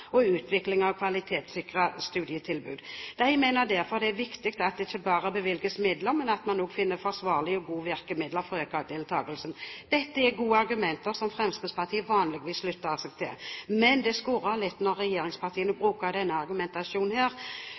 og utviklingen av kvalitetssikrede studietilbud. De mener derfor det er viktig at det ikke bare bevilges midler, men at man også finner forsvarlige og gode virkemidler for å øke deltakelsen. Dette er gode argumenter som Fremskrittspartiet vanligvis slutter seg til. Men det skurrer litt når regjeringspartiene bruker denne argumentasjonen her.